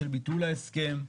של ביטול ההסכם,